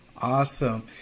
Awesome